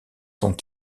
son